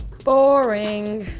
boring!